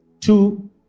Two